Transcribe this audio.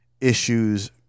issues